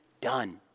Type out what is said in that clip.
done